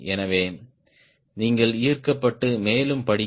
எனவே நீங்கள் ஈர்க்கப்பட்டு மேலும் படிக்க